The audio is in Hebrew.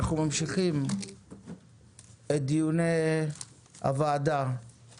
אנחנו ממשיכים את דיוני ועדת הכלכלה